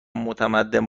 متمدن